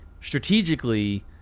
strategically